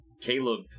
Caleb